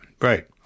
right